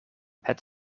het